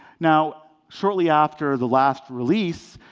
now, shortly after the last release,